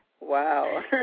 Wow